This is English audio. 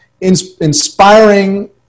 inspiring